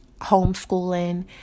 homeschooling